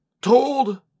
told